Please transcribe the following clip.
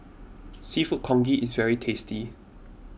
Seafood Congee is very tasty